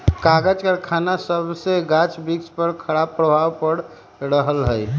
कागज करखना सभसे गाछ वृक्ष पर खराप प्रभाव पड़ रहल हइ